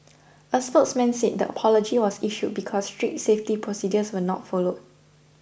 a spokesman said the apology was issued because strict safety procedures were not followed